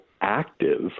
active